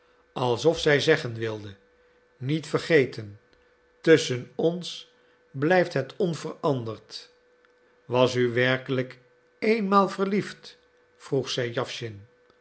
alsof zij zeggen wilde niet vergeten tusschen ons blijft het onveranderd was u werkelijk eenmaal verliefd vroeg zij jawschin